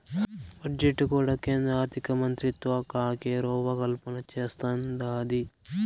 budget కూడా కేంద్ర ఆర్థికమంత్రిత్వకాకే రూపకల్పన చేస్తందాది